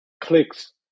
clicks